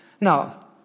Now